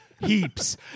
Heaps